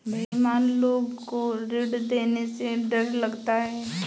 बेईमान लोग को ऋण देने में डर लगता है